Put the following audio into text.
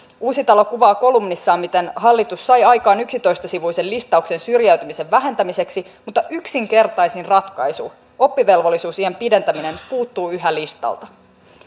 uusitalo kuvaa kolumnissaan miten hallitus sai aikaan yksitoista sivuisen listauksen syrjäytymisen vähentämiseksi mutta yksinkertaisin ratkaisu oppivelvollisuusiän pidentäminen puuttuu yhä listalta